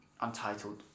Untitled